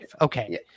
okay